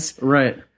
right